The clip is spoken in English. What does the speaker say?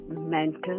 mental